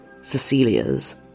Cecilia's